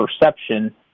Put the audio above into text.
perception